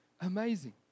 amazing